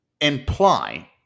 imply